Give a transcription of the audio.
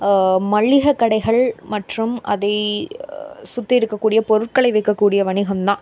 மளிக கடைகள் மற்றும் அதை சுற்றி இருக்கக்கூடிய பொருட்களை விக்கக்கூடிய வணிகம் தான்